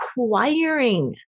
acquiring